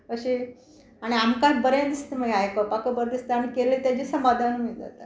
अशें आनी आमकां बरें दिसता मागीर आयकपाक बरें दिसता आनी केलें तेजें समादानूय जाता